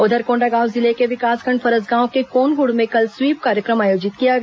उधर कोंडागांव जिले के विकासखंड फरसगांव के कोनगुड़ में कल स्वीप कार्यक्रम आयोजित किया गया